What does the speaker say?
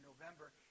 November